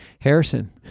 Harrison